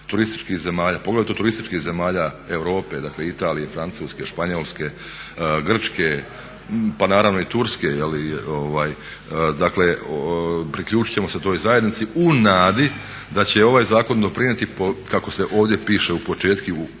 turističkih zemalja, poglavito od turističkih zemalja Europe, dakle Italije, Francuske, Španjolske, Grčke pa naravno i Turske. Dakle priključit ćemo se toj zajednici u nadi da će ovaj zakon doprinijeti kako se ovdje piše u početku